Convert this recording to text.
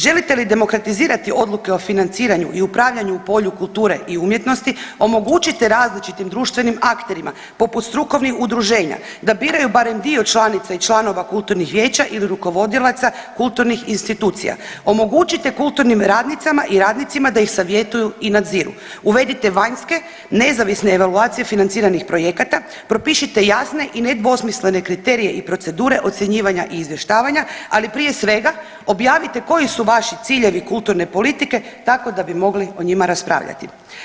Želite li demokratizirati odluke o financiranju i upravljanju u polju kulture i umjetnosti omogućite različitim društvenim akterima poput strukovnih udruženja da biraju barem dio članica i članova kulturnih vijeća ili rukovodilaca kulturnih institucija, omogućite kulturnim radnicama i radnicima da ih savjetuju i nadziru, uvedite vanjske nezavisne evaluacije financiranih projekata, propišite jasne i nedvosmislene kriterije i procedure ocjenjivanja i izvještavanja, ali prije svega objavite koji su vaši ciljevi kulturne politike tako da bi mogli o njima raspravljati.